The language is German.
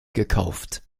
gekauft